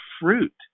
fruit